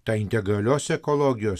ta integralios ekologijos